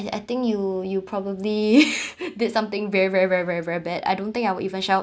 I think you you probably did something very very very very very bad I don't think I will even shout